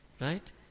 Right